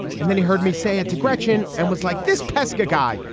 and then he heard me say it to gretchen and was like this pesky guy.